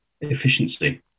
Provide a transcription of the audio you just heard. Efficiency